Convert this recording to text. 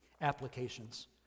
applications